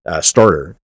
starter